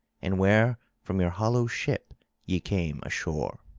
and where from your hollow ship ye came ashore.